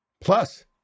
Plus